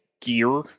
gear